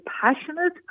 passionate